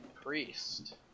Priest